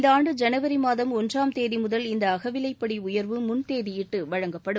இந்த ஆண்டு ஜனவரி மாதம் ஒன்றாம் தேதிமுதல் இந்த அகவிவைப்படி உயர்வு முன்தேதியிட்டு வழங்கப்படும்